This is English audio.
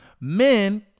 Men